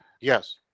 yes